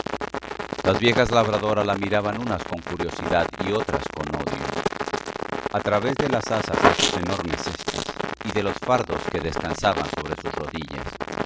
las viejas labradoras la miraban unas con curiosidad y otras con odio a través de las asas de sus enormes cestas y de los fardos que descansaban sobre sus rodillas